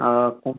ଆଉ ଆପଣ